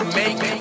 make